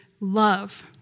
love